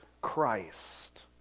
Christ